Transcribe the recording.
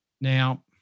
Now